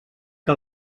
que